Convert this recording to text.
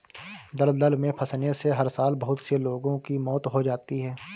दलदल में फंसने से हर साल बहुत से लोगों की मौत हो जाती है